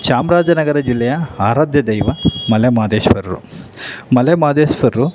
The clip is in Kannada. ಚಾಮರಾಜನಗರ ಜಿಲ್ಲೆಯ ಆರಾಧ್ಯ ದೈವ ಮಲೆ ಮಹದೇಶ್ವರರು ಮಲೆ ಮಹದೇಶ್ವರರು